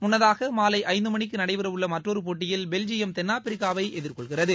முன்னதாக மாலை ஐந்து மணிக்கு நடைபெறவுள்ள மற்றொரு போட்டியில் பெல்ஜியம் தென்னாப்பிரிக்காவை எதிர்கொள்கிறது